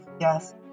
yes